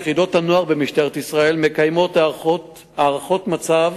יחידות הנוער במשטרת ישראל מקיימות הערכות מצב